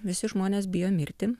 visi žmonės bijo mirti